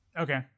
okay